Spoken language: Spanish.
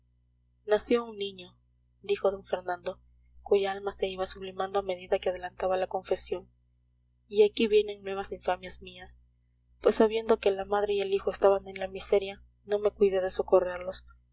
nació un niño dijo d fernando cuya alma se iba sublimando a medida que adelantaba la confesión y aquí vienen nuevas infamias mías pues sabiendo que la madre y el hijo estaban en la miseria no me cuidé de socorrerlos